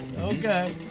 Okay